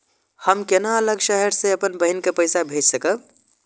हम केना अलग शहर से अपन बहिन के पैसा भेज सकब?